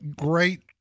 great